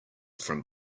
from